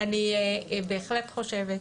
אני בהחלט חושבת